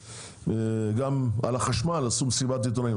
גם על החשמל כינסו מסיבת עיתונאים,